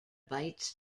bytes